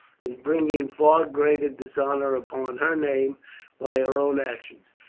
is bringing far greater dishonour upon her name by her own actions.